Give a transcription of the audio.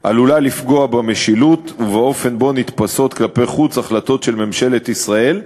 עלולה לפגוע במשילות ובאופן שבו נתפסות כלפי חוץ החלטות של ממשלת ישראל.